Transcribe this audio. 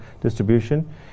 distribution